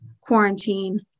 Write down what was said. quarantine